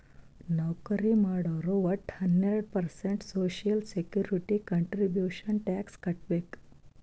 ನೌಕರಿ ಮಾಡೋರು ವಟ್ಟ ಹನ್ನೆರಡು percent social security contribution tax ಕಟ್ಬೇಕ್